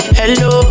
hello